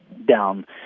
down